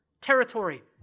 territory